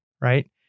right